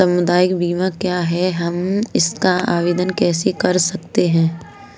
स्वास्थ्य बीमा क्या है हम इसका आवेदन कैसे कर सकते हैं?